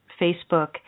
Facebook